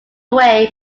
away